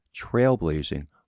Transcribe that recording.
trailblazing